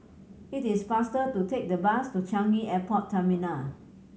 it is faster to take the bus to Changi Airport Terminal